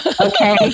Okay